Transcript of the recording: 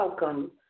Welcome